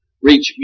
reach